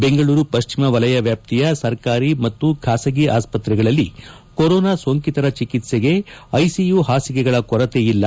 ಬೆಂಗಳೂರು ಪಶ್ಚಿಮ ವಲಯ ವ್ಯಾಪ್ತಿಯ ಸರಕಾರಿ ಮತ್ತು ಖಾಸಗಿ ಆಸ್ಪತ್ರೆಗಳಲ್ಲಿ ಕೋರೋನಾ ಸೋಂಕಿತರ ಚಿಕಿತ್ತೆಗೆ ಐಸಿಯು ಹಾಸಿಗೆಗಳ ಕೊರತೆಯಿಲ್ಲ